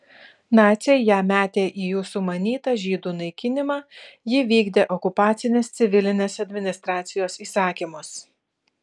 naciai ją metė į jų sumanytą žydų naikinimą ji vykdė okupacinės civilinės administracijos įsakymus